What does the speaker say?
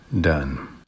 done